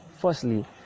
firstly